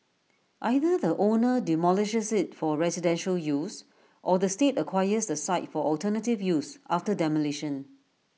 either the owner demolishes IT for residential use or the state acquires the site for alternative use after demolition